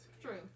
True